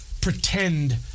pretend